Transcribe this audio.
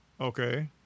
Okay